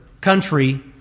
country